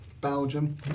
Belgium